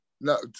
No